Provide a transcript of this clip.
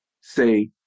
Say